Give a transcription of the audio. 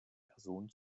person